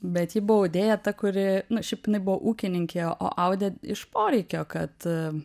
bet ji buvo audėja ta kuri nu šiaip jinai buvo ūkininkė o audė iš poreikio kad